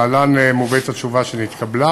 ולהלן מובאת התשובה שנתקבלה: